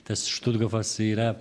tas štuthofas yra